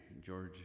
George